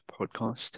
podcast